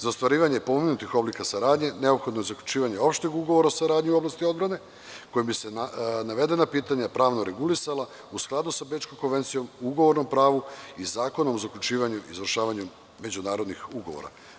Za ostvarivanje pomenutih oblika saradnje, neophodno je zaključivanje opšteg ugovora saradnje u oblasti odbrane, kojim bi se navedena pitanja pravno regulisala u skladu sa Bečkom konvencijom, ugovornom pravu i Zakonom o zaključivanju i izvršavanju međunarodnih ugovora.